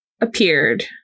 appeared